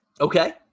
Okay